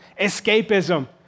escapism